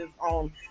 on